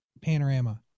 Panorama